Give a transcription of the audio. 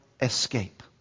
escape